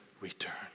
return